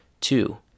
Two